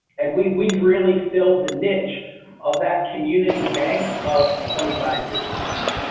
and we've we've really filled the niche of that community bank of twenty-five years ago.